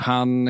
Han